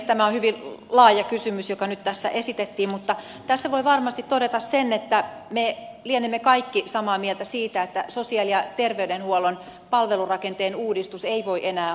tämä on hyvin laaja kysymys joka nyt tässä esitettiin mutta tässä voi varmasti todeta sen että me lienemme kaikki samaa mieltä siitä että sosiaali ja terveydenhuollon palvelurakenteen uudistus ei voi enää odottaa